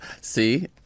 See